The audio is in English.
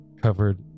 covered